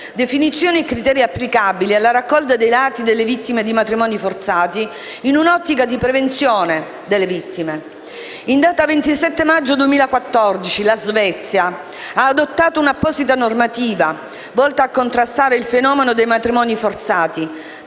definizioni e criteri applicabili alla raccolta dei dati delle vittime di matrimoni forzati, in un'ottica di protezione delle vittime. In data 27 maggio 2014, la Svezia ha adottato un'apposita normativa volta a contrastare il fenomeno dei matrimoni forzati,